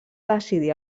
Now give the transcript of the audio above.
decidir